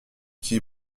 qui